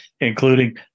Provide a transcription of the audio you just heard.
including